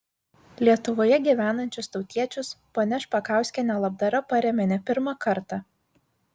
lietuvoje gyvenančius tautiečius ponia špakauskienė labdara paremia ne pirmą kartą